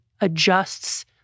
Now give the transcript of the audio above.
adjusts